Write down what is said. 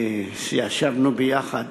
שישבנו בה ביחד